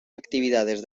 actividades